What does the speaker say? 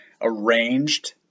arranged